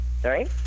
sorry